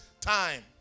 time